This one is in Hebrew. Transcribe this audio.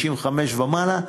55 ומעלה,